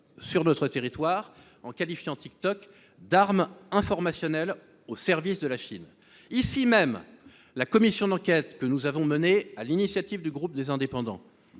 sur notre territoire, qualifiant le réseau d’« arme informationnelle » au service de la Chine. Ici même, la commission d’enquête que nous avons créée sur l’initiative du groupe Les Indépendants